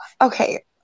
okay